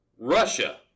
Russia